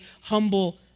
humble